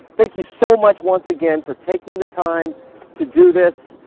thank you so much once again for taking the time to do this.